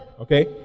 Okay